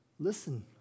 Listen